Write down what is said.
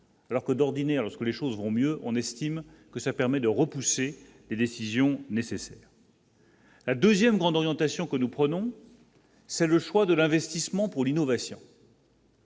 alors que d'ordinaire, lorsque les choses vont mieux, on estime que ça permet de repousser les décisions nécessaires. La 2ème grande orientation que nous prenons. C'est le choix de l'investissement pour l'innovation.